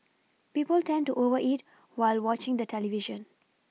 people tend to over eat while watching the television